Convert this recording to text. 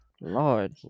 Lord